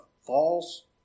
false